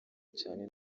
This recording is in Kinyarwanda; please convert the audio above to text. cyane